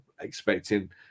expecting